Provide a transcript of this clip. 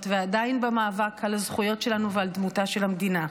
ועדיין במאבק על הזכויות שלנו ועל דמותה של המדינה,